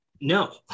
No